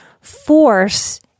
force